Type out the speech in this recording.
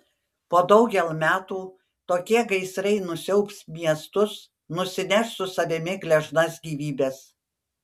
po daugel metų tokie gaisrai nusiaubs miestus nusineš su savimi gležnas gyvybes